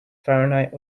fahrenheit